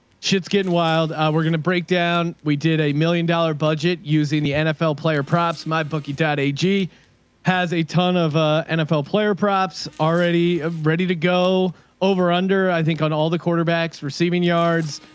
shit's getting wild. we're going to break down. we did a million dollar budget using the nfl player props. mybookie dad. aig has a ton of a nfl player props already a ready to go over under i think on all the quarterbacks receiving yards,